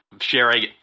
sharing